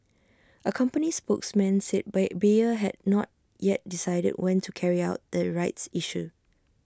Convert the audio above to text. A company spokesman said Ba Bayer had not yet decided when to carry out the rights issue